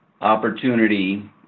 opportunity